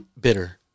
bitter